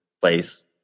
place